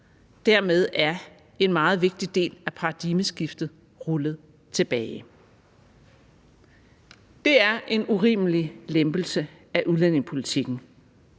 dermed er en meget vigtig del af paradigmeskiftet rullet tilbage. Det er en urimelig lempelse af udlændingepolitikken